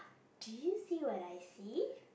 do you see what I see